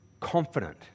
Confident